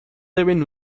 deben